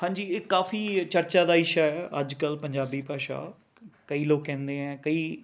ਹਾਂਜੀ ਇਹ ਕਾਫੀ ਚਰਚਾ ਦਾ ਵਿਸ਼ਾ ਹੈ ਅੱਜ ਕੱਲ੍ਹ ਪੰਜਾਬੀ ਭਾਸ਼ਾ ਕਈ ਲੋਕ ਕਹਿੰਦੇ ਹੈ ਕਈ